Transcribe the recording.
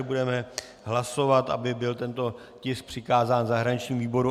Budeme hlasovat, aby byl tento tisk přikázán zahraničnímu výboru.